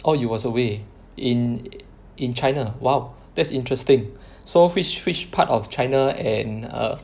orh you was away in in China !wow! that's interesting so which which part of China and err